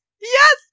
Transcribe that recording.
yes